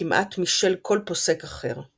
כמעט משל כל פוסק אחר.